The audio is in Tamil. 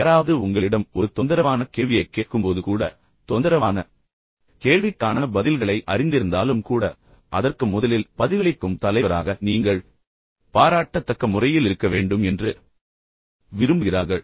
யாராவது உங்களிடம் ஒரு தொந்தரவான கேள்வியைக் கேட்கும்போது கூட தொந்தரவான கேள்விக்கான பதில்களை அவர்கள் அறிந்திருந்தாலும் கூட அதற்கு முதலில் பதிலளிக்கும் தலைவராக நீங்கள் மிகவும் பாராட்டத்தக்க முறையில் இருக்க வேண்டும் என்று அவர்கள் விரும்புகிறார்கள்